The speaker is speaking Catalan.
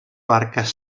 barques